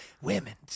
Women